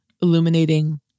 illuminating